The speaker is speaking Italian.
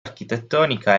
architettonica